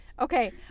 Okay